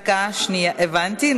ההצעה להעביר את הצעת חוק התכנון והבנייה